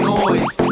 noise